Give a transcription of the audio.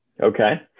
Okay